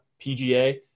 pga